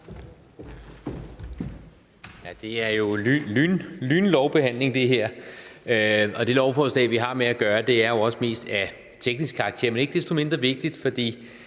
her er en lynlovbehandling, og det lovforslag, vi har med at gøre, er jo også mest af teknisk karakter. Men ikke desto mindre er det vigtigt, fordi